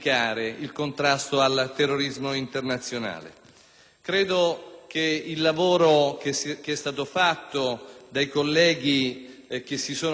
Credo che nel lavoro che è stato fatto dai colleghi che si sono occupati di questo provvedimento (in particolare desidero